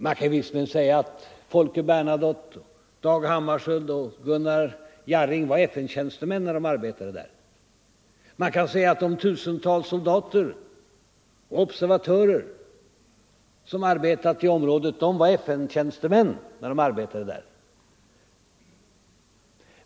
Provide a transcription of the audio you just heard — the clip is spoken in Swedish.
Man kan visserligen säga att Folke Bernadotte, Dag Hammarskjöld och Gunnar Jarring var FN-tjänstemän när de arbetade där, och man kan säga att de tusentals soldater och observatörer som arbetat i området också var FN-tjänstemän när de arbetade där.